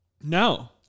No